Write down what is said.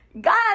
God